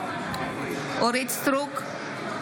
מלכה סטרוק,